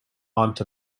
aunt